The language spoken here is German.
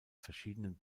verschiedenen